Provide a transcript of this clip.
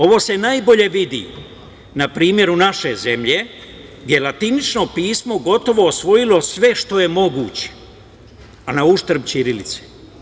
Ovo se najbolje vidi na primeru naše zemlje, jer je latinično pismo gotovo osvojilo sve što je moguće, a na uštrb ćirilici.